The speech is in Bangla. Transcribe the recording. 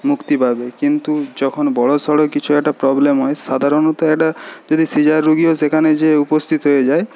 মুক্তি পাবে কিন্তু যখন বড়সড় কিছু একটা প্রবলেম হয় সাধারনত একট যদি সিজার রুগীও সেখানে যেয়ে উপস্থিত হয়ে যায়